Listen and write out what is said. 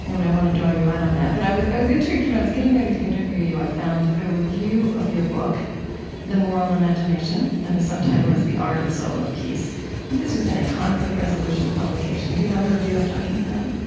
yeah mean, i want to draw you out on that. but i was i was intrigued when i was getting ready to interview you, i found a review of your book the moral imagination mm-hmm and the subtitle is the art and soul of peace. i think this was in a conflict resolution publication. do you know the review i'm talking about?